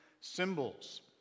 Symbols